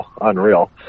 unreal